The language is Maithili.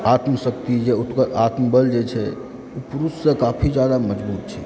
आत्मशक्ति जे हुनकर ओतुका आत्मबल जे छै ओ पुरुषसँ काफी जादा मजबूत छै